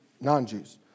non-Jews